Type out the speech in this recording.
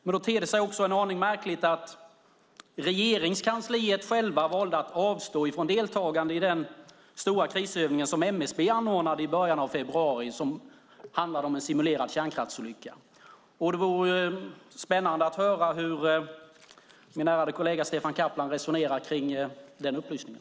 Men då ter det sig en aning märkligt att Regeringskansliet självt valde att avstå från deltagande i den stora krisövning som MSB anordnade i början av februari som handlade om en simulerad kärnkraftsolycka. Det vore spännande att höra hur min ärade kollega Stefan Caplan resonerar kring den upplysningen.